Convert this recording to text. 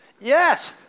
Yes